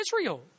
Israel